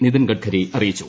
നിതിൻ ഗഡ്കരി അറിയിച്ചു